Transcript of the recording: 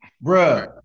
Bro